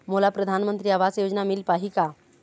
मोला परधानमंतरी आवास योजना मिल पाही का?